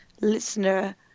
listener